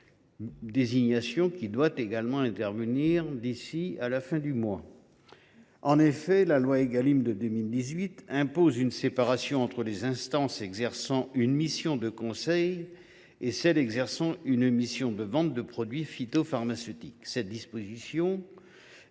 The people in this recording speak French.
En effet, cette loi impose une séparation entre les instances qui exercent une mission de conseil et celles qui exercent une mission de vente de produits phytopharmaceutiques.